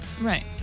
Right